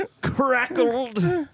crackled